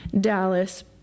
Dallas